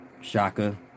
Shaka